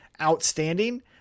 outstanding